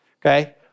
Okay